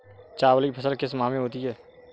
चावल की फसल किस माह में होती है?